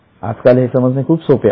आजकाल हे समजणे खूप सोपे आहे